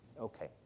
Okay